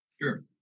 Sure